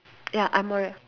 ya I'm alright